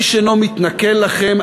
איש אינו מתנכל לכם,